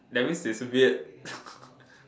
that means its weird